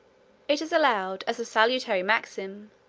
it is allowed as a salutary maxim,